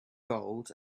gold